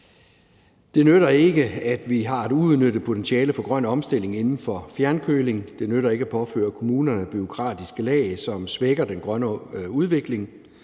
Det nytter ikke, at vi har et uudnyttet potentiale for grøn omstilling inden for fjernkøling. Det nytter ikke at påføre kommunerne bureaukratiske lag, som svækker den grønne udvikling.